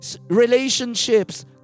relationships